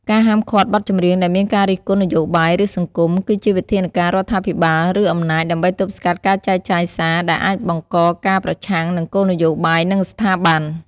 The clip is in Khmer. ការហាមឃាត់បទចម្រៀងដែលមានការរិះគន់នយោបាយ ឬសង្គម គឺជាវិធានការរដ្ឋាភិបាល ឬអំណាច ដើម្បីទប់ស្កាត់ការចែកចាយសារ ដែលអាចបង្កការប្រឆាំងនឹងគោលនយោបាយ និងស្ថាប័ន។